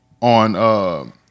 on